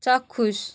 চাক্ষুষ